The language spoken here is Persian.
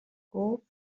گفت